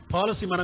Policy